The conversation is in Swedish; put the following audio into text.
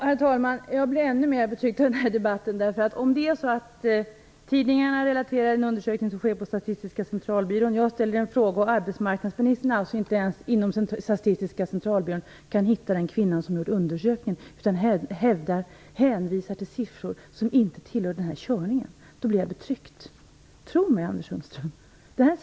Herr talman! Jag blir ännu mer betryckt av denna debatt. Tidningarna relaterar en undersökning som sker på Statistiska centralbyrån, jag ställer en fråga och arbetsmarknadsministern kan inte ens inom Statistiska centralbyrån hitta den kvinna som gjort undersökningen utan hänvisar till siffror som inte tillhör denna körning. Då blir jag betryckt. Tro mig, Anders Sundström.